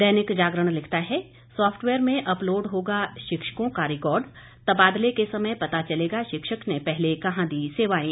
दैनिक जागरण लिखता है सॉफटवेयर में अपलोड होगा शिक्षकों का रिकॉर्ड तबादले के समय पता चलेगा शिक्षक ने पहले कहां दी सेवाएं